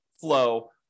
flow